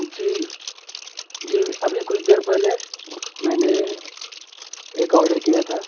جی جی ابھی کچھ دیر پہلے میں نے ایک آڈر کیا تھا